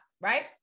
right